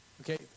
okay